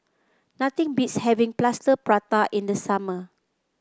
nothing beats having Plaster Prata in the summer